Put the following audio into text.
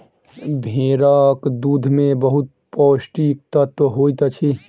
भेड़क दूध में बहुत पौष्टिक तत्व होइत अछि